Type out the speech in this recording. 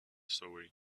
story